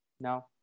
No